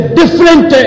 different